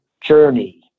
journey